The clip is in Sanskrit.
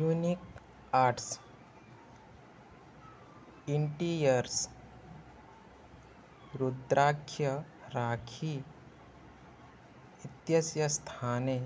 unique arts interiors Rudraksha rakhi इत्यस्य स्थाने